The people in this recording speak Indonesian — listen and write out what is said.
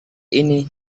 ini